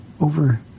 over